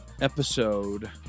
episode